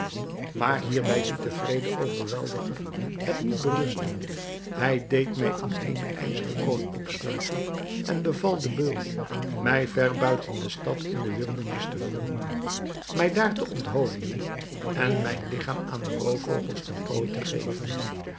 maar hierbij liet de wreede overweldiger het niet berusten hij deed mij in eene ijzeren kooi opsluiten en beval den beul mij ver buiten de stad in de wildernis te voeren mij daar te onthoofden en mijn ligchaam aan de roofvogels ten prooi te geven